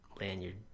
lanyard